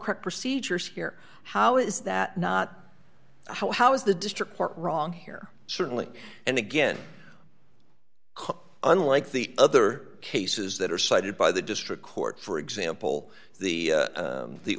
correct procedures here how is that not how is the district court wrong here certainly and again unlike the other cases that are cited by the district court for example the